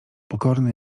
pokorny